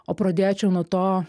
o pradėčiau nuo to